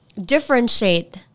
differentiate